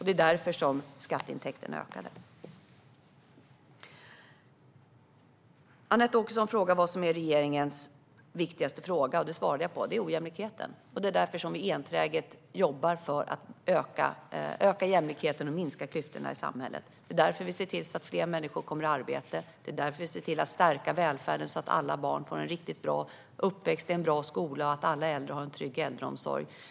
Det är därför skatteintäkterna ökade. Anette Åkesson undrar vad som är regeringens viktigaste fråga, och det svarade jag på. Det är ojämlikheten, och det är därför vi enträget jobbar för att öka jämlikheten och minska klyftorna i samhället. Det är därför vi ser till att fler människor kommer i arbete, och det är därför vi ser till att stärka välfärden så att alla barn får en riktigt bra uppväxt i en bra skola och alla äldre har en trygg äldreomsorg.